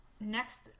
next